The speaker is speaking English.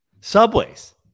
Subways